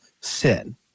sin